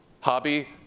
hobby